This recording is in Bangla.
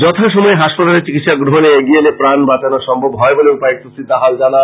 যথা সময়ে হাসপাতালে চিকিৎসা গ্রহনে এগিয়ে এলে প্রাণ বাচানো সম্ভব হয় বলে উপায়ুক্ত শ্রী দাহাল জানান